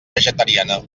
vegetariana